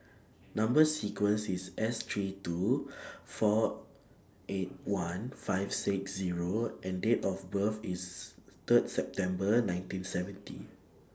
Number sequence IS S three two four eight one five six Zero and Date of birth IS Third September nineteen seventy